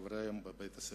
ולחבריהם בבית-הספר.